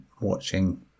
watching